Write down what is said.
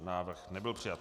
Návrh nebyl přijat.